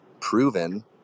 proven